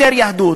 יותר יהדות,